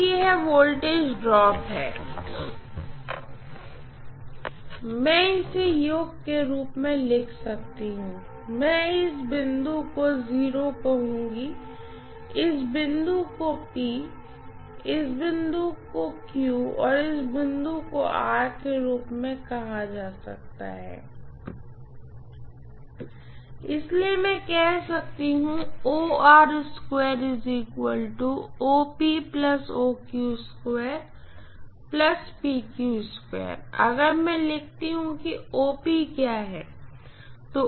तो यह voltage drop है मैं इसे योग के रूप मैं लिख सकती हूँ इसे मैं बिंदु को O कहूँगी इस बिंदु को P इस बिंदु को Q इस बिंदु को R के रूप में कहा जाता है इसलिए मैं कह सकती हूँ कि अगर मैं लिखती हूँ कि OP क्या है